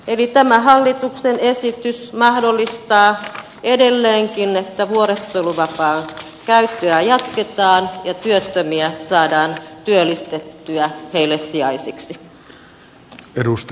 eli tämä hallituksen esitys mahdollistaa edelleenkin sen että vuorotteluvapaan käyttöä jatketaan ja työttömiä saadaan työllistettyä heille sijaisiksi